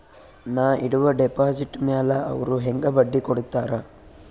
ನಾ ಇಡುವ ಡೆಪಾಜಿಟ್ ಮ್ಯಾಲ ಅವ್ರು ಹೆಂಗ ಬಡ್ಡಿ ಕೊಡುತ್ತಾರ?